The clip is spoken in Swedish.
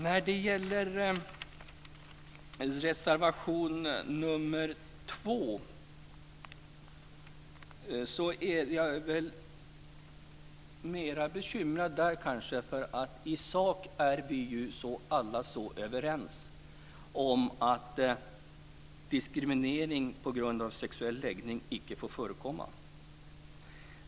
När det gäller reservation nr 2 är jag mer bekymrad, för i sak är vi alla så överens om att diskriminering på grund av sexuell läggning icke får förekomma.